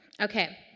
Okay